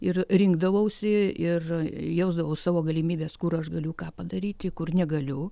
ir rinkdavausi ir jausdavau savo galimybes kur aš galiu ką padaryti kur negaliu